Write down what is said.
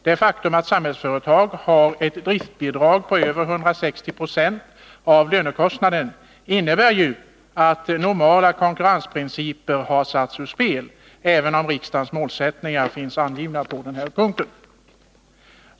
Det faktum att Samhällsföretag har ett driftbidrag på över 160 90 av lönekostnaden innebär ju att normala konkurrensprinciper har satts ur spel, även om riksdagens målsättningar finns angivna på denna punkt.